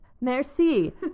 merci